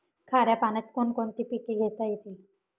खाऱ्या पाण्यात कोण कोणती पिके घेता येतील?